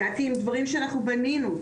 הגעתי עם דברים שאנחנו בנינו,